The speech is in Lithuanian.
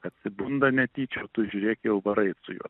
atsibunda netyčia o tu žiūrėk jau varai su juo